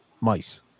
mice